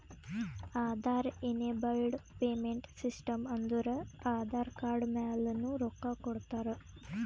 Aadhaar enabled payment system ಅಂದುರ್ Aadhaar card ಮ್ಯಾಲನು ರೊಕ್ಕಾ ಕೊಡ್ತಾರ